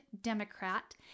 Democrat